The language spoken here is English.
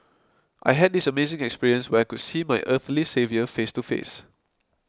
I had this amazing experience where I could see my earthly saviour face to face